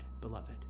beloved